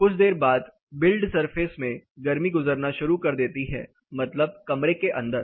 कुछ देर बाद बिल्ड सरफेस में गर्मी गुजरना शुरू कर देती हैं मतलब कमरे के अंदर